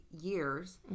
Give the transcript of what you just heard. years